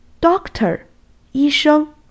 doctor,医生